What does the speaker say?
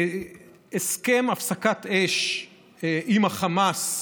הסכם הפסקת אש עם החמאס,